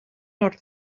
wrtho